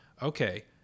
Okay